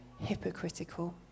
hypocritical